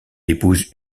épouse